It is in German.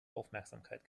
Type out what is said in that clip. aufmerksamkeit